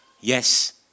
yes